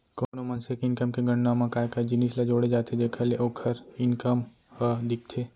कोनो मनसे के इनकम के गणना म काय काय जिनिस ल जोड़े जाथे जेखर ले ओखर इनकम ह दिखथे?